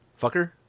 fucker